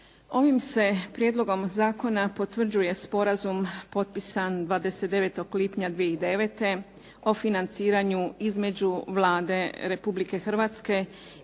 Ovim se prijedlogom zakona potvrđuje sporazum potpisan 29. lipnja 2009. o financiranju između Vlade Republike Hrvatske